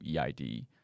eID